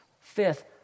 Fifth